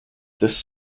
this